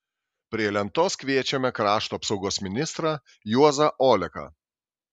prie lentos kviečiame krašto apsaugos ministrą juozą oleką